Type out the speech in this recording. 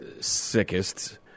sickest